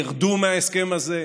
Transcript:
ירדו מההסכם הזה.